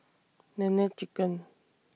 Nene Chicken